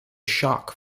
shock